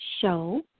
show